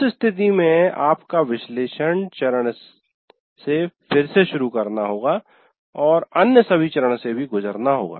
उस स्थिति में आपको विश्लेषण चरण से फिर से शुरू करना होगा और अन्य सभी चरणों से भी गुजरना होगा